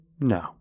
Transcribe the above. No